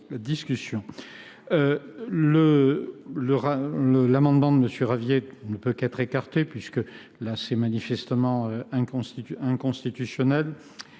rectifié de M. Ravier ne peut qu’être écarté, puisqu’il est manifestement inconstitutionnel.